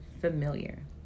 familiar